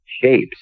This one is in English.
shapes